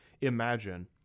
Imagine